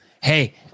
hey